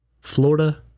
Florida